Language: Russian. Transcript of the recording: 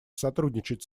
сотрудничать